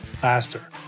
faster